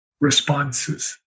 responses